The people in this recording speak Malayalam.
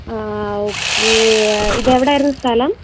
ആ ഓക്കേ ഇത് എവിടെ ആയിരുന്നു സ്ഥലം